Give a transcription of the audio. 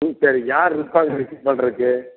ம் சரி யார் இருக்கா அங்கே ரிஸீவ் பண்ணுறதுக்கு